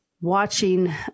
watching